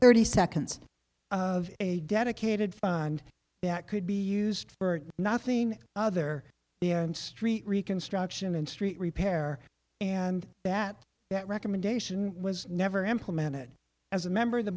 thirty seconds of a dedicated fund that could be used for nothing other and street reconstruction and street repair and that that recommendation was never implemented as a member